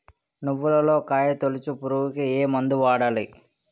నువ్వులలో కాయ తోలుచు పురుగుకి ఏ మందు వాడాలి?